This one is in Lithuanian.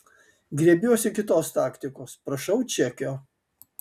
griebiuosi kitos taktikos prašau čekio